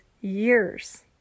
years